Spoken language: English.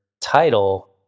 title